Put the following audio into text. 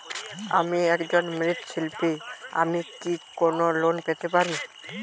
আমি একজন মৃৎ শিল্পী আমি কি কোন লোন পেতে পারি?